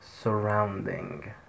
surrounding